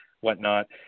whatnot